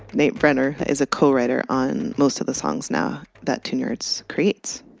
nate brenner is a co-writer on most of the songs now that tune-yards creates.